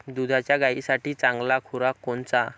दुधाच्या गायीसाठी चांगला खुराक कोनचा?